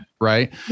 right